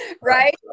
Right